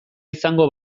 izango